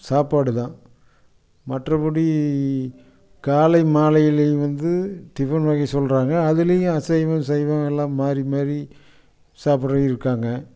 சாப்பாடு தான் மற்றபடி காலை மாலையிலையும் வந்து டிஃபன் வைக்க சொல்லுறாங்க அதுலையும் அசைவம் சைவம் எல்லாம் மாறி மாறி சாப்பிடுறவிங்க இருக்காங்க